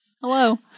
Hello